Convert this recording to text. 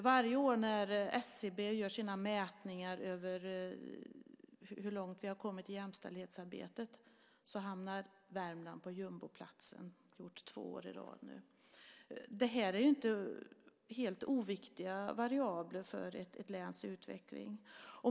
Varje år när SCB gör sina mätningar av hur långt vi har kommit i jämställdhetsarbetet så hamnar Värmland på jumboplatsen. Det har Värmland gjort två år i rad nu. Det här är inte helt oviktiga variabler för ett läns utveckling.